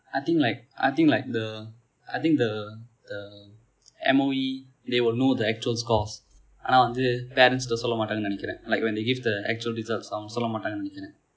I think like I think like the I think the the M_O_E they will know the actual scores ஆனா வந்து:aana vanthu parents சொல்லமாட்டார்கள் என்று நினைக்கிறேன்:sollamaataargal endru ninaikiren like when they give the actual results அவங்க சொல்லமாட்டார்கள் என்று நினைக்கிறேன்:avanga sollamaataargal endru ninaikiren